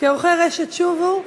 כאורחי רשת "שובו":